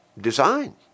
Design